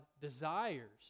desires